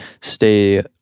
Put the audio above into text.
stay